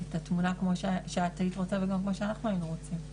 התמונה כמו שאת היית רוצה וגם כמו שאנחנו היינו רוצים.